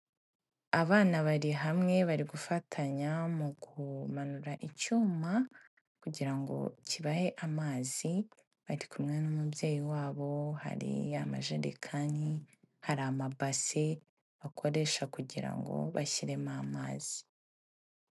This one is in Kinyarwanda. Abana bari hamwe bari gufatanya mu kumanura icyuma kugira ngo kibahe amazi, bari kumwe n'umubyeyi wabo, hari majerekani, hari amabase bakoresha kugira ngo bashyiremo amazi.